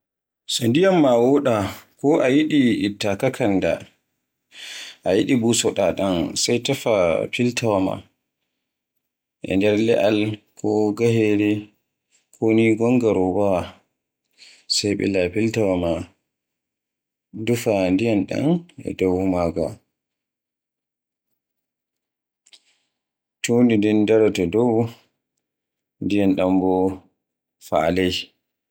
So ndiyam ma woɗa ko a yiɗi ita kakanda, a yiɗi busoɗa ɗan sai tefa filtawa ma ɓila e nder le'al ko gahere ko ni gonga robaawa, sai ɓila filtawa ma ndufa ndiyam dan e dow maaga, tundi ndin daraato e dow, ndiyam ma fa'a ley